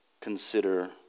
consider